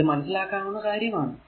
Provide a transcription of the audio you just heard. ഇത് മനസ്സിലാക്കാനാകുന്ന കാര്യമാണ്